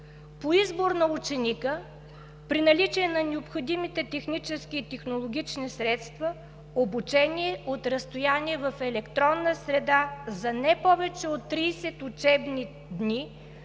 По избор на ученика, при наличие на необходимите технически и технологични средства, обучение от разстояние в електронна среда за не повече от 30 учебни дни